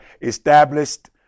established